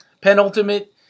Penultimate